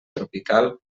tropical